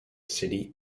city